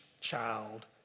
child